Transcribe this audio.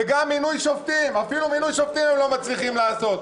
וגם מינוי שופטים אפילו מינוי שופטים הם לא מצליחים לעשות.